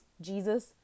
Jesus